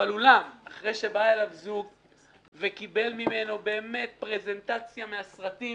אבל ברגע שבא זוג לאולם וקיבל ממנו באמת פרזנטציה מהסרטים